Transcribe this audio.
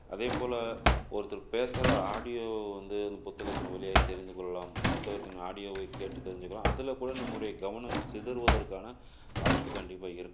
அதேபோல ஒருத்தரு பேசற ஆடியோ வந்து புத்தகத்தின் வலியாக தெரிந்துக்கொள்ளலாம் புத்தகத்தின் ஆடியோவை கேட்டு தெரிஞ்சுக்கலாம் அதுலக்கூட நம்மளுடைய கவனம் சிதறுவதற்கான வாய்ப்பு கண்டிப்பாக இருக்கும்